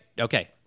Okay